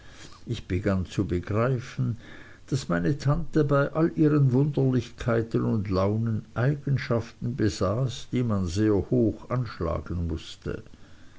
ich begann zu begreifen daß meine tante bei allen ihren wunderlichkeiten und launen eigenschaften besaß die man sehr hoch anschlagen mußte